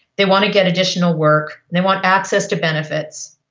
they want to get additional work, they want access to benefits,